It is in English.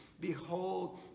behold